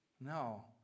No